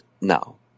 now